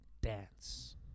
dance